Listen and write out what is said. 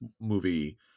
movie